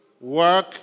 work